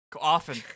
often